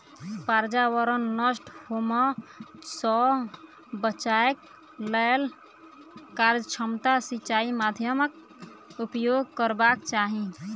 पर्यावरण नष्ट होमअ सॅ बचैक लेल कार्यक्षमता सिचाई माध्यमक उपयोग करबाक चाही